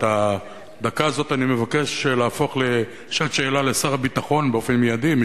את הדקה הזאת אני מבקש להפוך לשעת שאלה לשר הביטחון באופן מיידי,